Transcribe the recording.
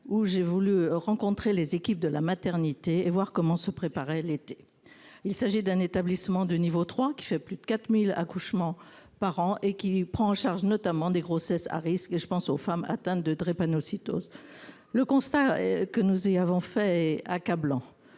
où j'ai souhaité rencontrer les équipes de la maternité pour voir comment se préparait l'été. Il s'agit d'un établissement de niveau 3, qui réalise plus de 4 000 accouchements par an, et qui prend en charge, notamment, des grossesses à risque. Je pense aux femmes atteintes de drépanocytose. Le constat que nous y avons fait est accablant.